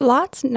Lots